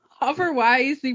Otherwise